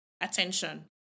attention